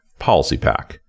PolicyPack